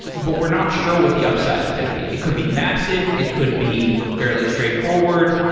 but we're not sure what the upside is going to be. it could be massive. it could be fairly straightforward.